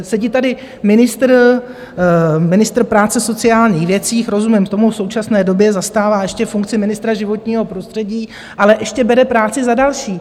Sedí tady ministr práce a sociálních věcí, rozumím tomu, v současné době zastává ještě funkci ministra životního prostředí, ale ještě bere práci za další.